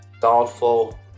thoughtful